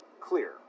clear